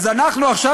אז אנחנו עכשיו,